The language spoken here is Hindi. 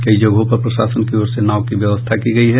कई जगहों पर प्रशासन की ओर से नाव की व्यवस्था की गई है